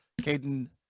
Caden